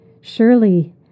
Surely